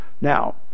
Now